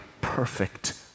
perfect